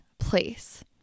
Place